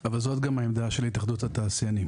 אבל זאת גם העמדה של התאחדות התעשיינים